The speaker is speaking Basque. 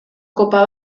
kopa